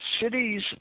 cities